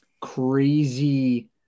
crazy